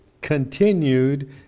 continued